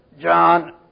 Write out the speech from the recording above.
John